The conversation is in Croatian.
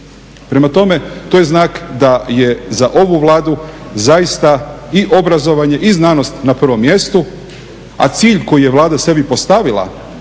Prema tome, to je znak da je za ovu Vladu zaista i obrazovanje i znanost na prvom mjestu, a cilj koji je Vlada sebi postavila